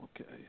Okay